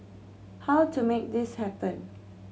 how to make this happen